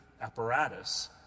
apparatus